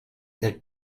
that